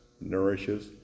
nourishes